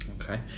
Okay